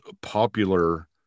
popular